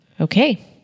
Okay